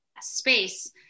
space